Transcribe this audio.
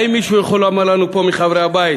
האם מישהו מחברי הבית